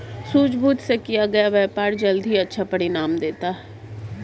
सूझबूझ से किया गया व्यापार जल्द ही अच्छा परिणाम देता है